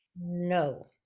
No